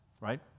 right